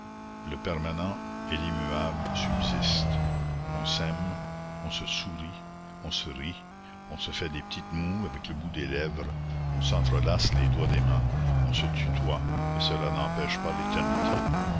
le permanent et l'immuable subsistent on s'aime on se sourit on se rit on se fait des petites moues avec le bout des lèvres on s'entrelace les doigts des mains on se tutoie et cela n'empêche pas l'éternité